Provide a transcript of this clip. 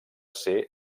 ser